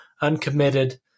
uncommitted